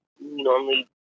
normally